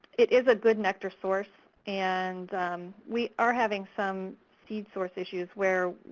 it is a good nectar source, and we are having some seed source issues where